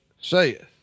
saith